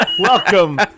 Welcome